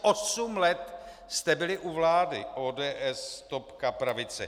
Osm let jste byli u vlády, ODS, topka, pravice.